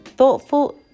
thoughtful